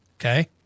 Okay